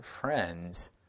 friends